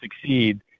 succeed